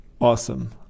Awesome